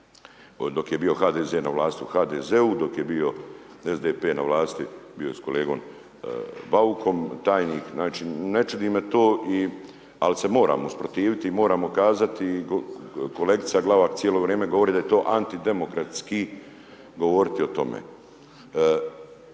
dok je bio HDZ na vlasti u HDZ-u, dok je bio SDP na vlasti, bio je sa kolegom Baukom tajnik, znači ne ludi me to ali se moramo usprotiviti i moramo kazati, kolegica Glavak cijelo vrijeme govori da je to antidemokratski govoriti o tome.